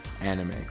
anime